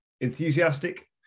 enthusiastic